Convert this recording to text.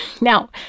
now